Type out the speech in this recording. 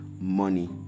money